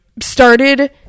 started